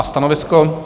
Stanovisko?